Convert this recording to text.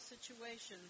situations